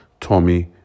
Tommy